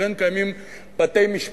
לכן קיימים בתי-משפט,